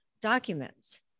documents